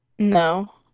no